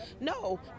No